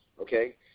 okay